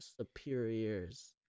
superiors